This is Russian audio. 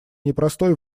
непростой